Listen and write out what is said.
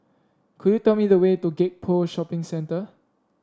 could you tell me the way to Gek Poh Shopping Centre